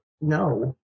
no